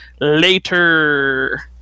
later